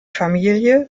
familie